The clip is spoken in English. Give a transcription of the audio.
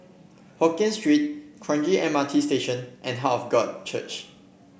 Hokien Street Kranji M R T Station and Heart of God Church